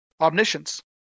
omniscience